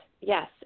yes